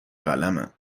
قلمم